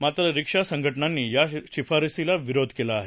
मात्र रिक्षा संघटनांनी या शिफारशीला विरोध केला आहे